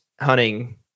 hunting